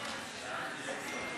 אז יש לך בעיה עם זה.